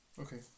Okay